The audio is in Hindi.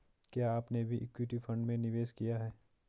क्या आपने भी इक्विटी फ़ंड में निवेश किया है?